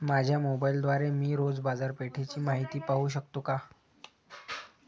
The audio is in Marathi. माझ्या मोबाइलद्वारे मी रोज बाजारपेठेची माहिती पाहू शकतो का?